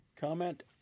Comment